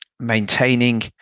maintaining